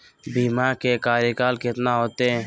बीमा के कार्यकाल कितना होते?